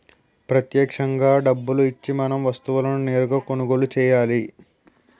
ప్రత్యక్షంగా డబ్బులు ఇచ్చి మనం వస్తువులను నేరుగా కొనుగోలు చేయాలి